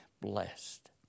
blessed